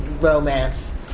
romance